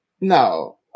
No